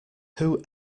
who